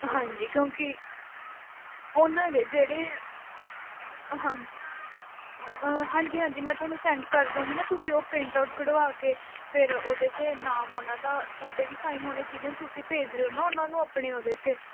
ਹਾਂਜੀ ਕਿਉਂਕਿ ਉਹਨਾਂ ਦੇ ਜਿਹੜੇ ਹਾਂਜ ਹਾਂਜੀ ਹਾਂਜੀ ਮੈਂ ਤੁਹਾਨੂੰ ਸੈਂਡ ਕਰ ਦੂੰਗੀ ਨਾ ਤੁਸੀਂ ਉਹ ਪ੍ਰਿੰਟ ਆਊਟ ਕਢਵਾ ਕੇ ਫਿਰ ਉਹਦੇ 'ਤੇ ਨਾਮ ਉਹਨਾਂ ਦਾ ਤੁਹਾਡੇ ਵੀ ਸਾਈਨ ਹੋਣੇ ਚਾਹੀਦੇ ਤੁਸੀਂ ਭੇਜ ਰਹੇ ਹੋ ਨਾ ਉਹਨਾਂ ਨੂੰ ਆਪਣੇ ਉਹਦੇ 'ਤੇ